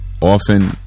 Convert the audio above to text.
often